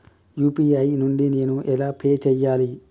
UPI నుండి నేను ఎలా పే చెయ్యాలి?